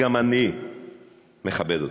גם אני מכבד אותם,